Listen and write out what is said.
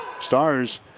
Stars